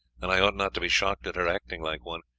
and i ought not to be shocked at her acting like one.